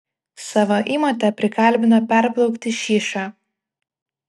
savo įmotę prikalbino perplaukti šyšą